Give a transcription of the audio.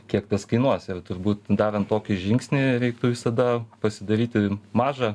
kiek tas kainuos ir turbūt darant tokį žingsnį reiktų visada pasidaryti mažą